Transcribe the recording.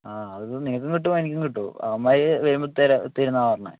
ആ അത് നിനക്കും കിട്ടും എനിക്കും കിട്ടും അവന്മാർ വരുമ്പം തരും എന്നാണ് പറഞ്ഞത്